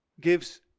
gives